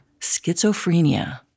schizophrenia